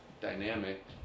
dynamic